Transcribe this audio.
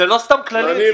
זה לא סתם כללים.